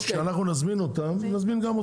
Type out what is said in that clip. כשאנחנו נזמין אותם, נזמין גם אותך.